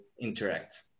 interact